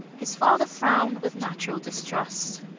his father frowned with natural distrust.